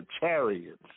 chariots